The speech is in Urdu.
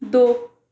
دو